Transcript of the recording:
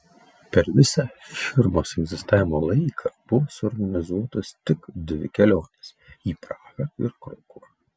per visą firmos egzistavimo laiką buvo suorganizuotos tik dvi kelionės į prahą ir krokuvą